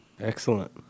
Excellent